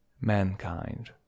Mankind